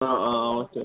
ആ ആ ഓക്കെ